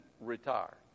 retire